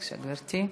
בבקשה, גברתי.